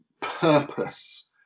purpose